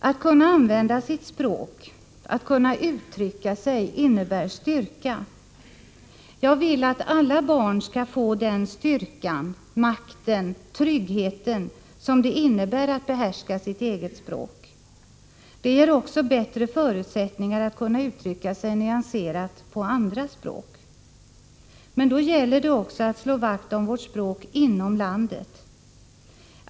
Att kunna använda sitt språk, att kunna uttrycka sig, innebär styrka. Jag vill att alla barn skall få den styrka, makt och trygghet som det innebär att behärska sitt eget språk. Det innebär också bättre förutsättningar för att kunna uttrycka sig nyanserat på andra språk. Men då gäller det också att inom landet slå vakt om vårt språk.